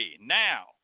Now